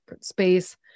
space